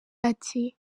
ati